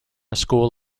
school